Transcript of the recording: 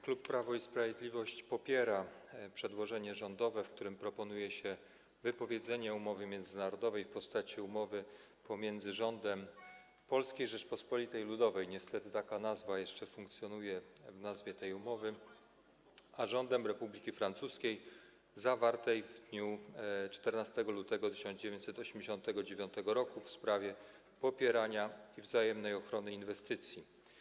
Klub Prawo i Sprawiedliwość popiera przedłożenie rządowe, w którym proponuje się wypowiedzenie umowy międzynarodowej pomiędzy rządem Polskiej Rzeczypospolitej Ludowej - niestety taka nazwa jeszcze funkcjonuje w tekście tej umowy - a rządem Republiki Francuskiej, zawartej w dniu 14 lutego 1989 r., w sprawie popierania i wzajemnej ochrony inwestycji.